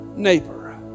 Neighbor